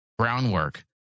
groundwork